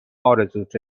آرزوت